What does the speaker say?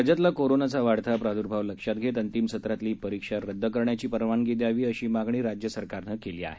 राज्यातला कोरोनाचा वाढता प्रादुर्भाव लक्षात घेत अंतिम सत्रातील परीक्षा रद्द करण्याची परवानगी द्यावी अशी मागणी राज्य सरकारने केली आहे